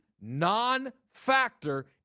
non-factor